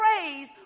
praise